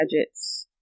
gadgets